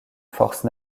forces